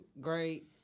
great